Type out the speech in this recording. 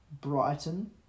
Brighton